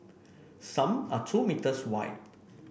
some are two meters wide